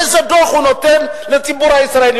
איזה דוח הוא נותן לציבור הישראלי?